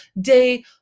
day